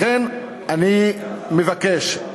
לכן אני מבקש,